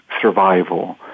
survival